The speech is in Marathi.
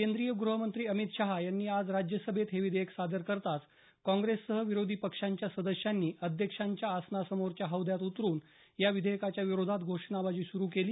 केंद्रीय ग्रहमंत्री अमित शहा यांनी आज राज्यसभेत हे विधेयक सादर करताच काँग्रेससह विरोधी पक्षांच्या सदस्यांनी अध्यक्षांच्या आसनासमोरच्या हौद्यात उतरून या विधेयकाच्या विरोधात घोषणाबाजी सुरू केली